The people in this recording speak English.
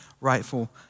rightful